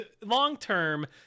long-term –